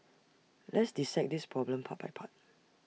let's dissect this problem part by part